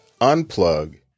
unplug